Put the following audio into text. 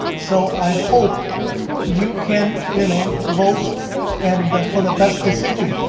so i hope you can you know vote and for the best decision,